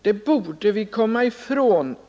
Det borde vi i vår tid komma ifrån!